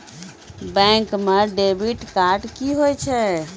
Bank म debit card की होय छै?